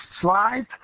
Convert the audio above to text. slide